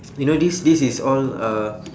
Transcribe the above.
you know this this is all uh